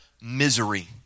misery